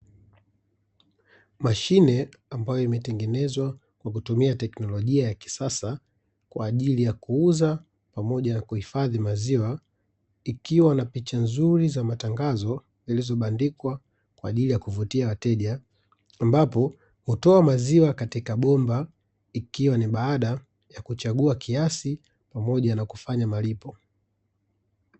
Mashine ambayo imetengenezwa kwa kutumia teknolojia ya kisasa, kwa ajili ya kuuza pamoja na kuhifadhi maziwa, ikiwa na picha nzuri za matangazo zilizobandikwa kwa ajili ya kuvutia wateja, ambapo hutoa maziwa katika bomba ikiwa ni baada ya kuchagua kiasi pamoja na kufanya malipo.